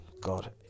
God